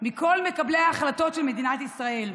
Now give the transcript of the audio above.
כל מקבלי ההחלטות של מדינת ישראל.